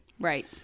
Right